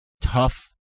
Tough